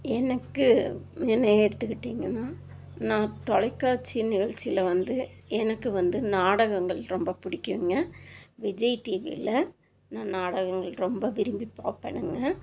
எனக்கு என்னை எடுத்துக்கிட்டிங்கனால் நான் தொலைக்காட்சியின் நிகழ்ச்சில வந்து எனக்கு வந்து நாடகங்கள் ரொம்ப பிடிக்குங்க விஜய் டிவியில் நான் நாடகங்கள் ரொம்ப விரும்பி பார்ப்பேனுங்க